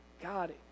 God